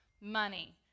money